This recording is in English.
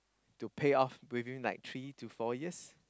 to pay off within like three to four years